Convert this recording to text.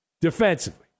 defensively